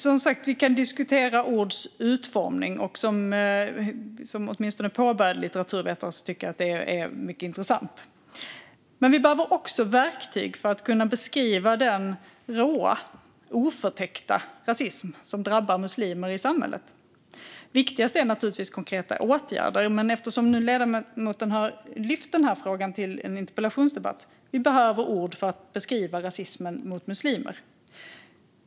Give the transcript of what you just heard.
Fru talman! Vi kan som sagt diskutera ords utformning, och som åtminstone påbörjad litteraturvetare tycker jag att det är mycket intressant. Men vi behöver också verktyg för att kunna beskriva den råa, oförtäckta rasism som drabbar muslimer i samhället. Viktigast är naturligtvis konkreta åtgärder, men eftersom ledamoten nu har lyft denna fråga i en interpellationsdebatt vill jag säga att vi behöver ord för att beskriva rasismen mot muslimer.